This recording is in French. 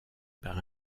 par